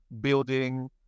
building